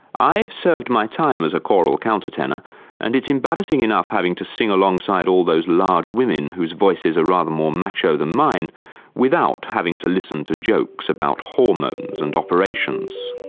i have served my time as a choral countertenor and it's embarrassing enough having to sing alongside all those large woman whose voices are rather more macho than mine without having to listen to jokes about hormones and operations.